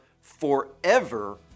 forever